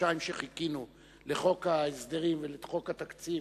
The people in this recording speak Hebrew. בחודשיים שחיכינו לחוק ההסדרים ולחוק התקציב,